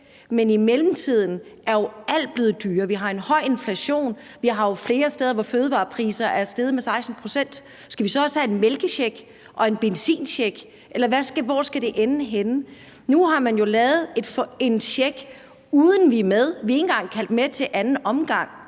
men i mellemtiden er alt jo blevet dyrere. Vi har en høj inflation. Vi har flere steder, hvor fødevarepriserne er steget med 16 pct. Skal vi så også have en mælkecheck og en benzincheck, eller hvor skal det ende henne? Nu har man jo lavet en check, uden at vi er med. Vi er ikke engang kaldt med til anden omgang,